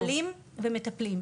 מטופלים ומטפלים,